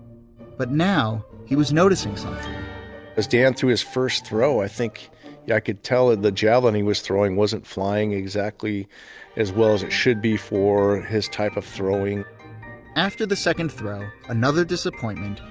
but now, he was noticing something as dan threw his first throw i think yeah i could tell at the javelin he was throwing wasn't flying exactly as well as it should be for his type of throwing after the second throw, another disappointment,